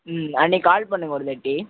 ம் அன்னைக் கால் பண்ணுங்கள் ஒரு வாட்டி